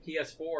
PS4